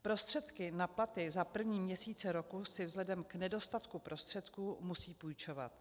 Prostředky na platy za první měsíce roku si vzhledem k nedostatku prostředků musí půjčovat.